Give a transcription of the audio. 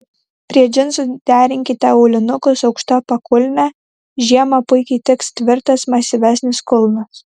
prie džinsų derinkite aulinukus aukšta pakulne žiemą puikiai tiks tvirtas masyvesnis kulnas